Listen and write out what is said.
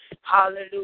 Hallelujah